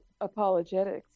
apologetics